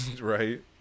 right